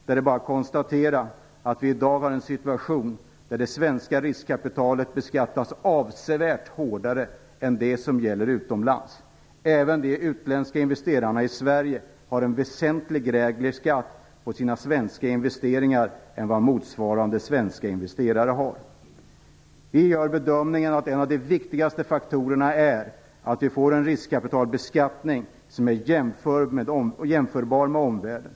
Det är bara att konstatera att vi i dag har en situation där det svenska riskkapitalet beskattas avsevärt hårdare än vad som gäller utomlands. Även de utländska investerarna i Sverige har en väsentligt lägre skatt på sina svenska investeringar än vad motsvarande svenska investerare har. Vi gör bedömningen att en av de viktigaste faktorerna är att vi i Sverige får en riskkapitalbeskattning som är jämförbar med den i omvärlden.